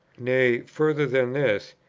nay, further than this,